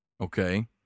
Okay